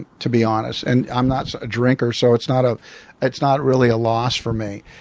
to be honest. and i'm not a drinker so it's not ah it's not really a loss for me.